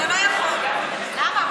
למה,